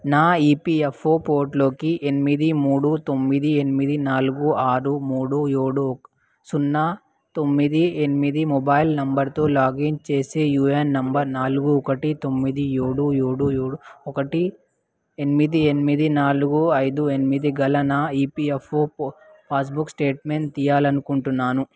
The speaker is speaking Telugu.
నా ఈపీఎఫ్ఓ పోర్ట్లోకి ఎనిమిది మూడు తొమ్మిది ఎనిమిది నాలుగు ఆరు మూడు యోడు సున్నా తొమ్మిది ఎనిమిది మొబైల్ నెంబర్తో లాగిన్ చేసి యూఎన్ నెంబర్ నాలుగు ఒకటి తొమ్మిది యోడు యోడు యోడు ఒకటి ఎనిమిది ఎనిమిది నాలుగు ఐదు ఎనిమిది గల నా ఈపీఎఫ్ఓ పాస్బుక్ స్టేట్మెంట్ తీయాలనుకుంటున్నాను